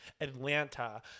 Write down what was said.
Atlanta